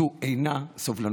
זה לא סובלנות.